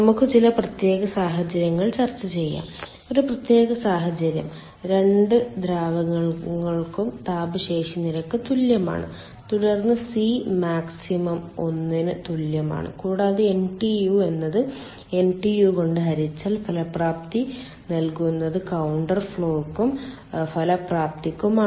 നമുക്ക് ചില പ്രത്യേക സാഹചര്യങ്ങൾ ചർച്ച ചെയ്യാം ഒരു പ്രത്യേക സാഹചര്യം രണ്ട് ദ്രാവകങ്ങൾക്കും താപ ശേഷി നിരക്ക് തുല്യമാണ് തുടർന്ന് C മാക്സ് 1 ന് തുല്യമാണ് കൂടാതെ NTU എന്നത് NTU കൊണ്ട് ഹരിച്ചാൽ ഫലപ്രാപ്തി നൽകുന്നത് കൌണ്ടർ ഫ്ലോയ്ക്കും ഫലപ്രാപ്തിക്കും ആണ്